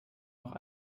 auch